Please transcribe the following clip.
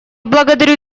благодарю